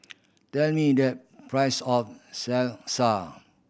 tell me the price of Salsa